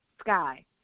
Sky